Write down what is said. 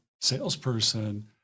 salesperson